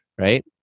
right